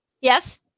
Yes